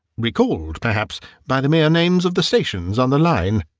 recalled perhaps by the mere names of the stations on the line.